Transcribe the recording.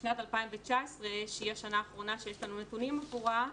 בשנת 2019 שהיא השנה האחרונה שיש לנו נתונים עבורה,